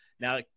Now